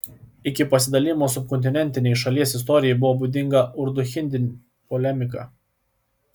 iki pasidalijimo subkontinentinei šalies istorijai buvo būdinga urdu hindi polemika